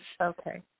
okay